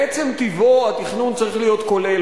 מעצם טיבו, התכנון צריך להיות כולל.